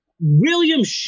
William